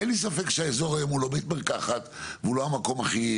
אין לי ספק שהאזור היום הוא לא בית מרקחת והוא לא המקום הכי,